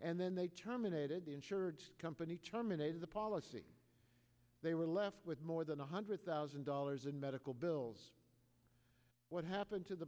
and then they terminated the insurance company terminated a policy they were left with more than one hundred thousand dollars in medical bills what happened to the